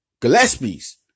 Gillespie's